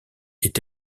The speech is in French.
est